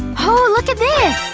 oh, look at this!